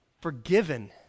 forgiven